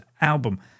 album